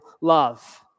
love